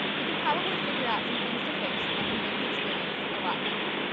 you can probably figure out some things to fix that can make the experience a lot better.